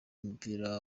w’umupira